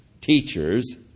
teachers